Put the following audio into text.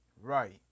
Right